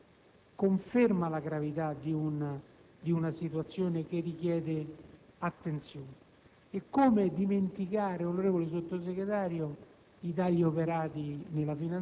Questo conferma la gravità di una situazione che richiede attenzione. Come dimenticare, poi, onorevole Sottosegretario,